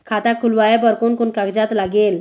खाता खुलवाय बर कोन कोन कागजात लागेल?